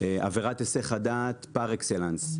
עבירת היסח הדעת פר אקסלנס,